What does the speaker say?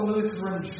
Lutheran